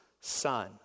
son